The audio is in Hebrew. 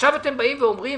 עכשיו אתם באים ואומרים